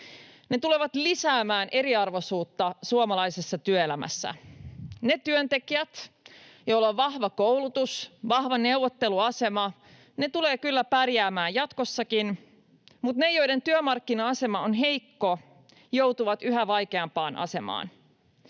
Ne tulevat lisäämään eriarvoisuutta suomalaisessa työelämässä. Ne työntekijät, joilla on vahva koulutus, vahva neuvotteluasema, tulevat kyllä pärjäämään jatkossakin, mutta ne, joiden työmarkkina-asema on heikko, joutuvat yhä vaikeampaan asemaan.